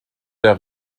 der